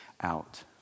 out